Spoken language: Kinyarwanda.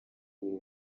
uru